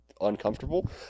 uncomfortable